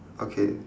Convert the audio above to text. okay